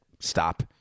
stop